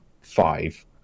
five